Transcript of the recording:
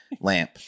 lamp